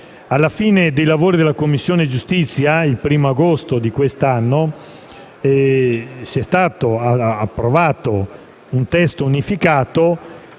Alla fine dei lavori della Commissione giustizia, il primo agosto di quest'anno, è stato approvato un testo unificato